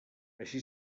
així